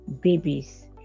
babies